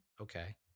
Okay